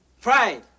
Pride